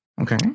Okay